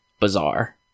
bizarre